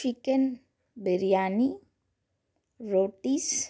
chicken biryani rotis